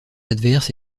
adverse